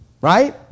right